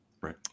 Right